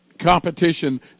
competition